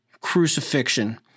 crucifixion